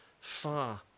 far